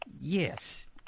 yes